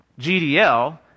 GDL